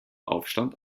aufstand